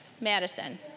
Madison